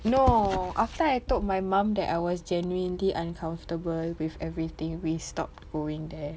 no after I told my mum that I was genuinely uncomfortable with everything we stopped going there